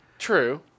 true